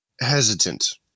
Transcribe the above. hesitant